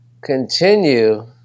continue